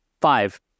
Five